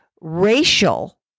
Racial